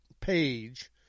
page